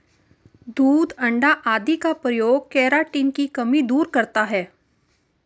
दूध अण्डा आदि का प्रयोग केराटिन की कमी दूर करता है